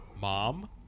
mom